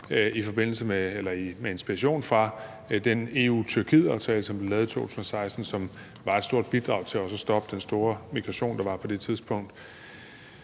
f.eks. være med inspiration fra denEU-Tyrkiet-aftale, som blev lavet i 2016, og som også var et stort bidrag til at stoppe den store migration, der var på det tidspunkt.